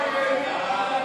נגד,